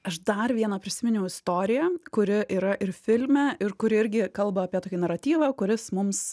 aš dar vieną prisiminiau istoriją kuri yra ir filme ir kuri irgi kalba apie tokį naratyvą kuris mums